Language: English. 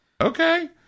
Okay